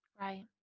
right